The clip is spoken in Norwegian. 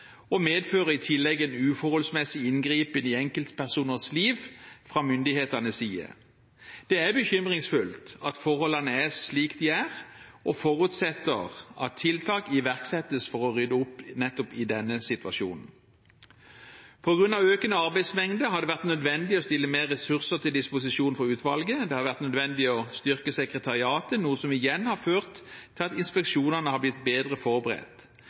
det medfører i tillegg en uforholdsmessig inngripen i enkeltpersoners liv fra myndighetenes side. Det er bekymringsfullt at forholdene er slik de er, og vi forutsetter at tiltak iverksettes for å rydde opp i nettopp denne situasjonen. På grunn av økende arbeidsmengde har det vært nødvendig å stille mer ressurser til disposisjon for utvalget. Det har vært nødvendig å styrke sekretariatet, noe som igjen har ført til at inspeksjonene har blitt bedre forberedt.